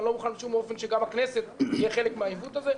ואני לא מוכן בשום אופן שגם הכנסת תהיה חלק מהעיוות הזה.